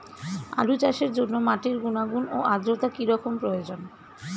আলু চাষের জন্য মাটির গুণাগুণ ও আদ্রতা কী রকম প্রয়োজন?